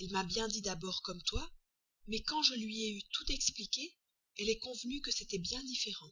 elle m'a bien dit d'abord comme toi mais quand je lui ai eu tout expliqué elle est convenue que c'était bien différent